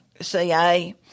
CA